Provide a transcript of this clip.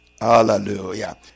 Hallelujah